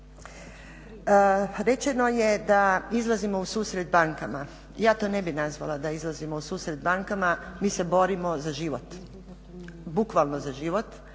Rečeno je da izlazimo u susret bankama, ja to ne bih nazvala da izlazimo u susret bankama. Mi se borimo za život, bukvalno za život